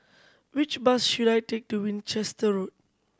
which bus should I take to Winchester Road